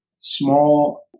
small